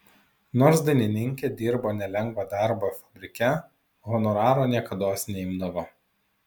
nors dainininkė dirbo nelengvą darbą fabrike honoraro niekados neimdavo